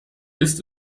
ist